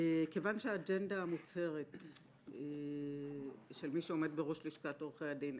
כיון שהאג'נדה המוצהרת של מי שעומד בראש לשכת עורכי הדין,